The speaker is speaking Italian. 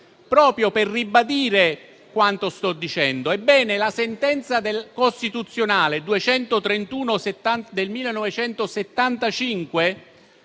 proprio per ribadire quanto sto dicendo. Ebbene, la sentenza della Corte costituzionale n. 231 del 1975